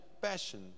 passion